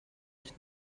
ich